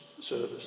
service